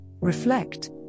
reflect